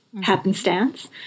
happenstance